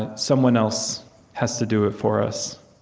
and someone else has to do it for us.